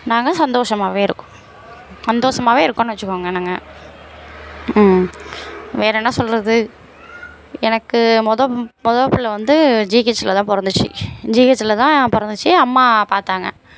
நாங்கள் சந்தோஷமாகவே இருக்கோம் சந்தோஷமாவே இருக்கோம்ன்னு வெச்சுக்கோங்க நாங்கள் வேறு என்ன சொல்வது எனக்கு மொதல் மொதல் புள்ளை வந்து ஜிஹெச்சில் தான் பிறந்துச்சி ஜிஹெச்சில் தான் பிறந்துச்சி அம்மா பார்த்தாங்க